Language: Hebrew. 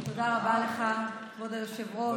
תודה רבה לך, כבוד היושב-ראש.